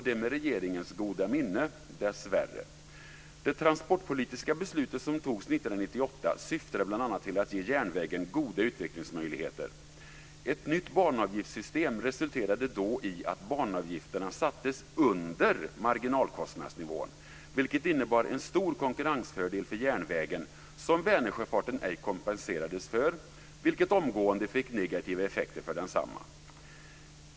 Det är, dessvärre, med regeringens goda minne. syftade bl.a. till att ge järnvägen goda utvecklingsmöjligheter. Ett nytt banavgiftssystem resulterade då i att banavgifterna sattes under marginalkostnadsnivån, vilket innebar en stor konkurrensfördel för järnvägen. Detta kompenserades Vänersjöfarten ej för, vilket omgående fick negativa effekter för densamma.